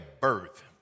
birth